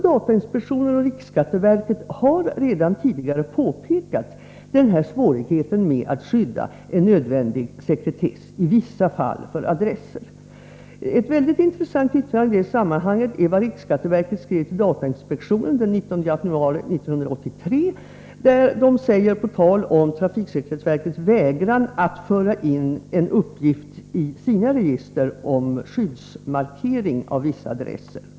Datainspektionen och riksskatteverket har ju redan tidigare pekat på svårigheten med att ge nödvändigt sekretesskydd i vissa fall när det gäller adresser. Ett väldigt intressant yttrande i det sammanhanget är vad riksskatteverket skrev till datainspektionen den 19 januari 1983 på tal om trafiksäkerhetsverkets vägran att föra in en uppgift i sina register om skyddsmarkering av vissa adresser.